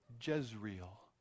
Jezreel